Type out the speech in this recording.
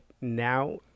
now